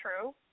true